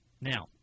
Now